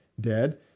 dead